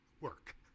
work